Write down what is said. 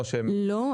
לא.